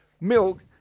milk